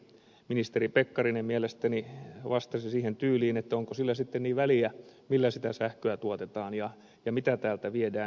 ministeri pekkarinen mielestäni vastasi siihen tyyliin että onko sillä sitten niin väliä millä sitä sähköä tuotetaan ja mitä täältä viedään